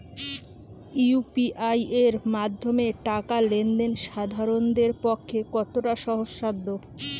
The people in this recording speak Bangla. ইউ.পি.আই এর মাধ্যমে টাকা লেন দেন সাধারনদের পক্ষে কতটা সহজসাধ্য?